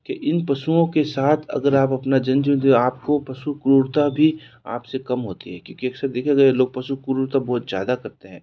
कि इन पशुओं के साथ अगर आप अपना जन जीवन जो आपको पशु क्रूरता भी आपसे काम होती है क्योंकि अक्सर देखा गया है लोग पशु क्रूरता बहुत ज़्यादा करते हैं